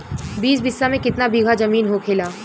बीस बिस्सा में कितना बिघा जमीन होखेला?